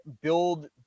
build